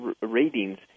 ratings